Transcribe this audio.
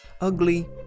Ugly